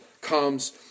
comes